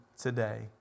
today